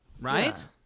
Right